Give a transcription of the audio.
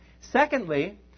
Secondly